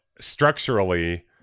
structurally